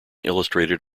illustrated